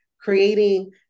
creating